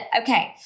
okay